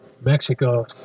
Mexico